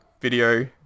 video